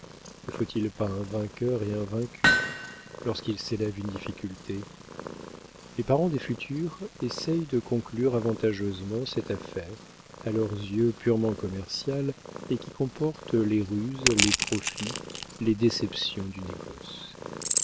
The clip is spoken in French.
ne faut-il pas un vainqueur et un vaincu lorsqu'il s'élève une difficulté les parents des futurs essaient de conclure avantageusement cette affaire à leurs yeux purement commerciale et qui comporte les ruses les profits les déceptions du négoce